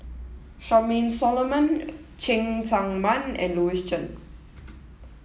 Charmaine Solomon Cheng Tsang Man and Louis Chen